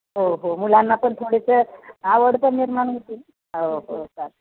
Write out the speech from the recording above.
हो हो मुलांना पण थोडेसं आवड पण निर्माण होती नं हो हो चालेल